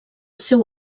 seu